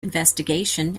investigation